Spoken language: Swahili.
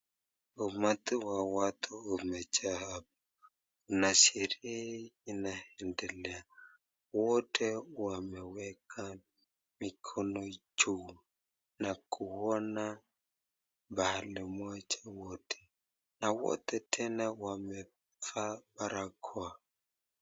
Umati wa watu umejaa hapa na sherehe inaendelea. Wote wameweka mikono juu na kuona pande moja wote naa wote tena wamevaa barakoa.